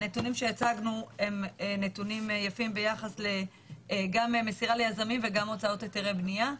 הנתונים שהצגנו הם יפים גם ביחס למסירה ליזמים וגם הוצאות היתרי בנייה.